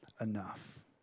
enough